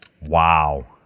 Wow